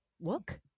look